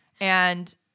and-